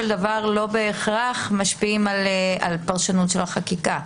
דבר לא בהכרח משפיעים על פרשנות של החקיקה.